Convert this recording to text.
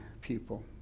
people